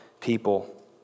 people